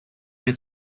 mnie